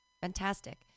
Fantastic